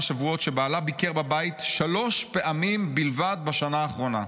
שבועות שבעלה ביקר בבית שלוש פעמים בלבד בשנה האחרונה,